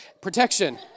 Protection